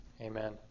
Amen